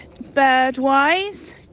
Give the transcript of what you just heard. birdwise